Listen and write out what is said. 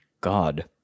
god